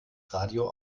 radio